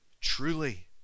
truly